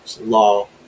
law